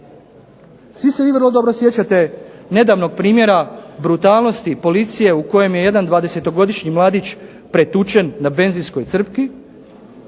Svi se vi vrlo dobro sjećate nedavnog primjera brutalnosti policije u kojem je jedan dvadesetogodišnji mladić pretučen na benzinskoj crpki